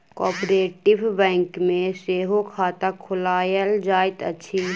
cooperative bank मे सेहो खाता खोलायल जाइत अछि